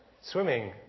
Swimming